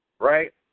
right